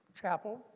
chapel